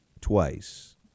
twice